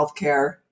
healthcare